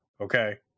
Okay